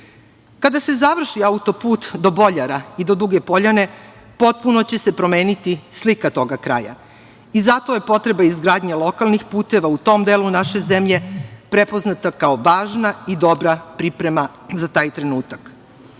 dođu. Kada se završi autoput do Boljara i do Duge poljane, potpuno će se promeniti slika tog kraja i zato je potrebna izgradnja lokalnih puteva u tom delu naše zemlje, prepoznata kao važna i dobra priprema za taj trenutak. Postoji